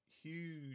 huge